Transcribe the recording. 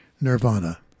Nirvana